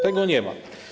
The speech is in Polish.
Tego nie ma.